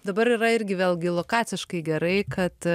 dabar yra irgi vėlgi lokaciškai gerai kad